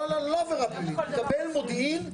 לא עבירה פלילית.